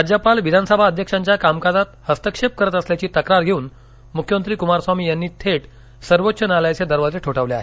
राज्यपाल विधानसभा अध्यक्षांच्या कामकाजात हस्तक्षेप करत असल्याची तक्रार घेऊन मुख्यमंत्री कुमारस्वामी यांनी थेट सर्वोच्च न्यायालयाचे दरवाजे ठोठावले आहेत